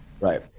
Right